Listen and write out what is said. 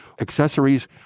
accessories